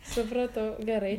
supratau gerai